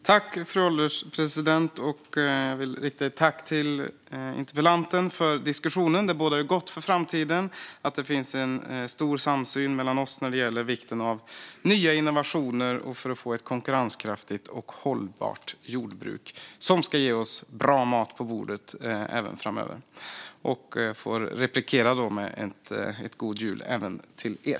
Fru ålderspresident! Jag vill rikta ett tack till interpellanten för diskussionen. Det bådar gott för framtiden att det finns en stor samsyn mellan oss när det gäller vikten av nya innovationer för att få ett konkurrenskraftigt och hållbart jordbruk som ska ge oss bra mat på bordet även framöver. Jag får replikera med god jul även till er.